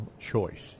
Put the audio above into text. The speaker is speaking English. choice